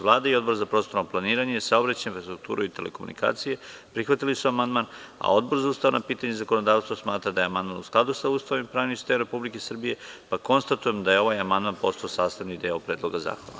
Vlada i Odbor za prostorno planiranje, saobraćaj, infrastrukturu i telekomunikacije prihvatili su amandman, a Odbor za ustavna pitanja i zakonodavstvo smatra da je amandman u skladu sa Ustavom i pravnim sistemom Republike Srbije, pa konstatujem da je ovaj amandman postao sastavni deo Predloga zakona.